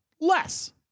less